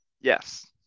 Yes